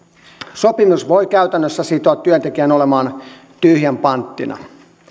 sopimus voi käytännössä sitoa työntekijän olemaan tyhjän panttina